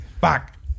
back